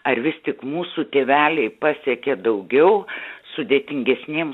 ar vis tik mūsų tėveliai pasiekė daugiau sudėtingesnėm